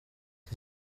iki